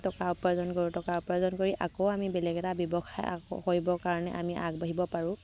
টকা উপাৰ্জন কৰোঁ টকা উপাৰ্জন কৰি আকৌ আমি বেলেগ এটা ব্যৱসায় আকৌ কৰিবৰ কাৰণে আমি আগবাঢ়িব পাৰোঁ